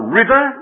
river